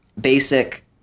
basic